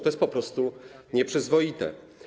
To jest po prostu nieprzyzwoite.